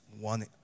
one